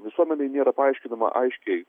visuomenei nėra paaiškinama aiškiai